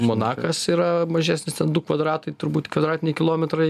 monakas yra mažesnis ten du kvadratai turbūt kvadratiniai kilometrai